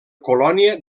colònia